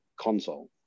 console